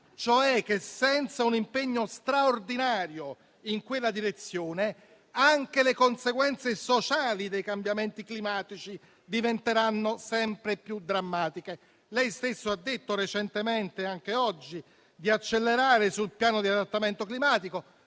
cioè che, senza un impegno straordinario in quella direzione, anche le conseguenze sociali dei cambiamenti climatici diventeranno sempre più drammatiche. Lei stesso ha detto recentemente (anche oggi) di accelerare sul piano nazionale di adattamento ai